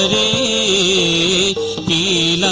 a